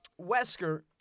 Wesker